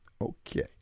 Okay